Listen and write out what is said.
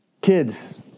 Kids